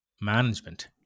management